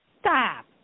Stop